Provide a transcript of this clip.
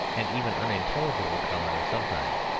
and even unintelligible colony sometimes,